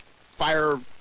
fire